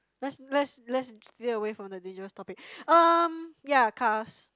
let's let's let's stay away from the dangerous topic erm ya cars